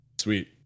Sweet